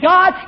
God